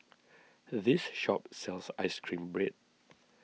this shop sells Ice Cream Bread